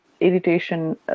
irritation